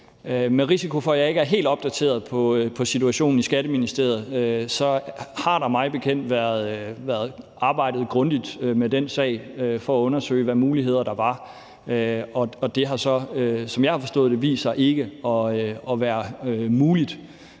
Med risiko for, at jeg ikke er helt opdateret på situationen i Skatteministeriet, så har der mig bekendt været arbejdet grundigt med den sag for at undersøge, hvilke muligheder der var, og det har så, som jeg har forstået det, vist sig ikke at være muligt.